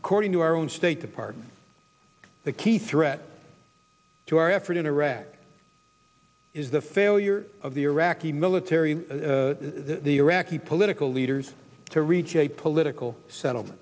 according to our own state department the key threat to our effort in iraq is the failure of the iraqi military the iraqi political leaders to reach a political settlement